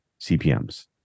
CPMs